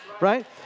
Right